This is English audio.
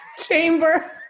Chamber